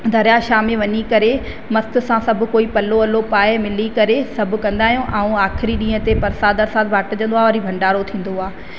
दरियाह शाह में वञी करे मस्तु सां सभु कोई पलव वलो पाए मिली करे सभु कंदा आहियूं ऐं आख़िरी ॾींहं ते परसादु वरसाद बांटजंदो आ वरी भंडारो थींदो आहे